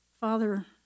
Father